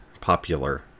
popular